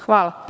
Hvala.